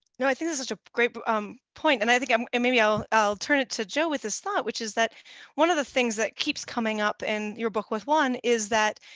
no, i think this is a great um point, and i think um i maybe i'll i'll turn it to joe with this thought, which is that one of the things that keeps coming up in your book with juan is that